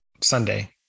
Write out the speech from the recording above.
Sunday